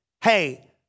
hey